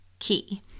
key